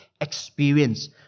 experience